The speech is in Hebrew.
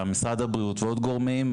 עם משרד הבריאות ועם עוד גורמים,